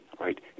right